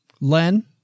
Len